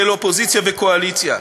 של אופוזיציה וקואליציה.